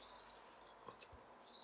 okay